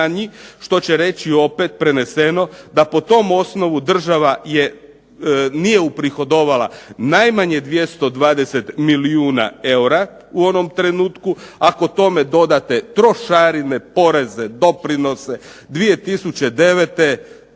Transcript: Što će reći opet, preneseno, da po tom osnovu država nije uprihodovala najmanje 220 milijuna eura u onom trenutku. Ako tome dodate trošarine, poreze, doprinose, 2009. država